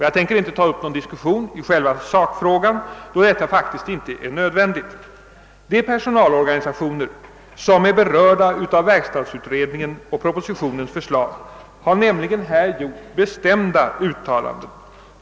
Jag tänker inte ta upp själva sakfrågan till diskussion då detta faktiskt inte är nödvändigt. De personalorganisationer som är berörda av verkstadsutredningens och propositionens förslag har nämligen här gjort bestämda uttalanden.